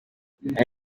nari